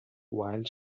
while